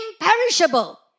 imperishable